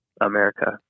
America